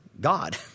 God